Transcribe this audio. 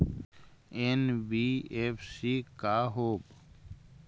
NBFC का होब?